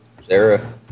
sarah